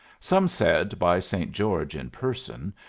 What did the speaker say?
some said by saint george in person,